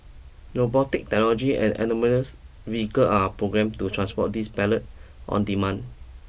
robotic technology and autonomous vehicle are programmed to transport these pallet on demand